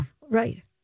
right